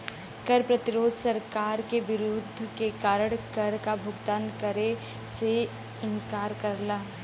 कर प्रतिरोध सरकार के विरोध के कारण कर क भुगतान करे से इंकार करला